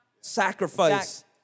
Sacrifice